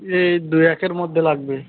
এই দু একের মধ্যে লাগবে